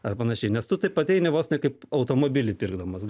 ar panašiai nes tu taip ateini vos ne kaip automobilį pirkdamas